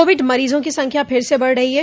Covid मरीजों की संख्या फिर से बढ रही है